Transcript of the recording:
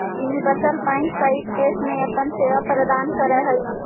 universal bank कईक देश में अपन सेवा प्रदान करऽ हइ